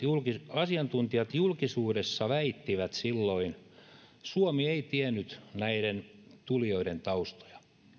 asiantuntijat julkisuudessa väittivät silloin suomi ei tiennyt näiden tulijoiden taustoja